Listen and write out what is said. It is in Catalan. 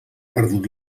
perdut